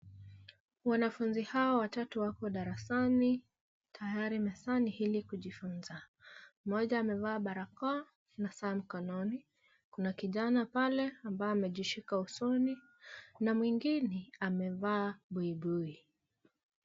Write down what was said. Wanafunzi hawa watatu wako darasani tayari nasani ili kujifunza. Mmoja amevaa barakoa na saa mkononi kuna kijana pale ambaye amejishika usoni mwingine ambaye amevaa buibui.